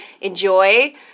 enjoy